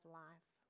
life